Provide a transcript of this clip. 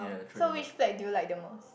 oh so which flag do you like the most